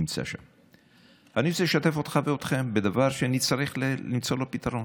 אני רוצה לשתף אותך ואתכם בדבר שאני צריך למצוא לו פתרון: